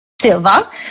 Silva